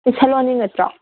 ꯁꯤ ꯁꯅꯥꯅꯨ ꯅꯠꯇ꯭ꯔꯣ